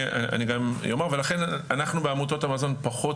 אני גם אומר ולכן אנחנו בעמותות המזון פחות